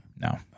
No